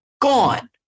gone